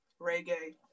reggae